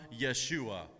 Yeshua